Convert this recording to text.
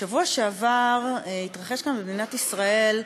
בשבוע שעבר התרחש כאן, במדינת ישראל,